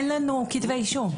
אין לנו כתבי אישום.